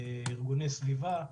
ארגוני סביבה,